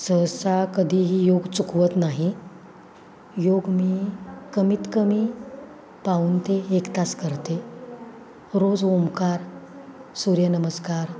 सहसा कधीही योग चुकवत नाही योग मी कमीत कमी पाऊण ते एक तास करते रोज ओंकार सूर्यनमस्कार